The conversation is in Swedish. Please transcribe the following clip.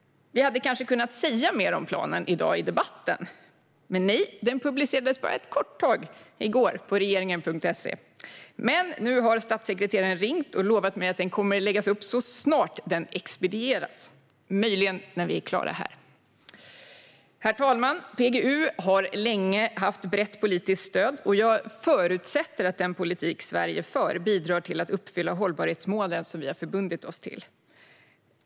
Vi hade kanske kunnat säga mer om planen i dag i debatten, men nej, den publicerades bara en kort stund i går på regeringen.se. Men nu har statssekreteraren ringt och lovat mig att den kommer att läggas upp så snart den har expedierats - möjligen är det när vi är klara här. Herr talman! PGU har länge haft brett politiskt stöd. Jag förutsätter att den politik Sverige för bidrar till att uppfylla hållbarhetsmålen som vi har förbundit oss till.